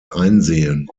einsehen